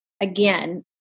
again